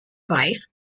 wife